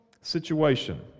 situation